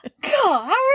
god